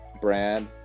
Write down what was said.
Brad